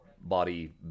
body